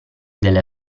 delle